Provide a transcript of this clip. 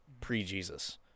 Pre-Jesus